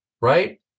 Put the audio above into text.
right